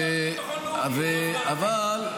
גם לא מינינו את בן גביר לשר לביטחון לאומי.